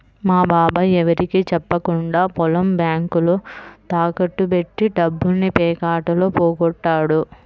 మా బాబాయ్ ఎవరికీ చెప్పకుండా పొలం బ్యేంకులో తాకట్టు బెట్టి డబ్బుల్ని పేకాటలో పోగొట్టాడు